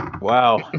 wow